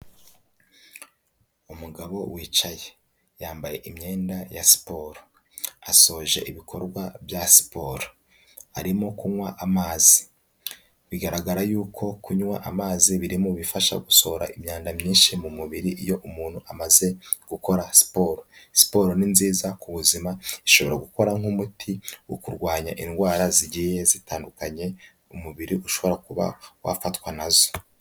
Umugabo wicaye. Yambaye imyenda ya siporo. Asoje ibikorwa bya siporo. Arimo kunywa amazi. Bigaragara yuko kunywa amazi, biri mu bifasha gusohora imyanda myinshi mu mubiri, iyo umuntu amaze gukora siporo. Siporo ni nziza ku buzima, ishobora gukora nk'umuti wo kurwanya indwara zigiye zitandukanye, umubiri ushobora kuba wafatwa nazo.